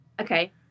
Okay